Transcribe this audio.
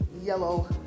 yellow